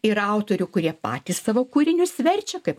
yra autorių kurie patys savo kūrinius verčia kaip